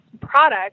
product